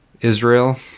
Israel